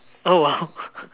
oh !wow!